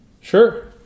Sure